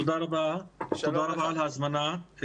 תודה רבה על ההזמנה.